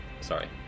Sorry